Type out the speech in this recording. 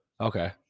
Okay